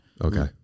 Okay